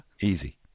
Easy